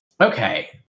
Okay